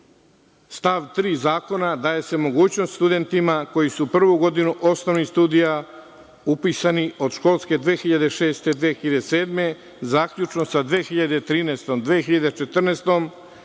stav 3. zakona daje se mogućnost studentima, koji su prvu godinu osnovnih studija upisani od školske 2006, 2007, zaključno sa 2013, 2014.